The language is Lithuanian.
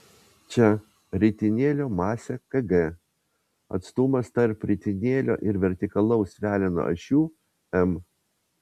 čia ritinėlio masė kg atstumas tarp ritinėlio ir vertikalaus veleno ašių m